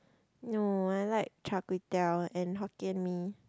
no I like char-kway-teow and hokkien mee